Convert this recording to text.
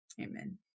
amen